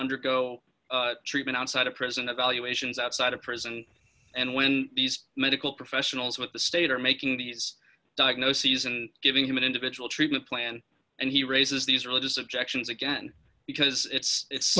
undergo treatment outside of prison evaluations outside of prison and when these medical professionals with the state are making these diagnoses and giving him an individual treatment plan and he raises these religious objections again because i